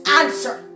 answer